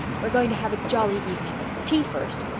we're going to have a jolly evening. tea first.